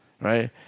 right